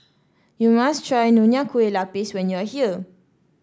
you must try Nonya Kueh Lapis when you are here